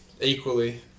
Equally